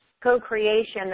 co-creation